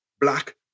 black